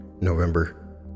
November